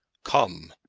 come,